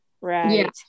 right